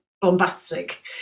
bombastic